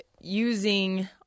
using